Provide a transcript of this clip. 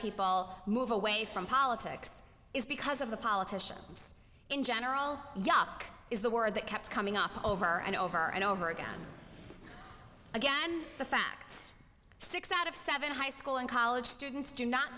people move away from politics is because of the politicians in general yuck is the word that kept coming up over and over and over again and again the facts six out of seven high school and college students do not